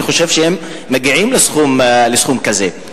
אני חושב שהם מגיעים לסכום כזה.